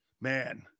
Man